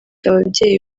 ababyeyi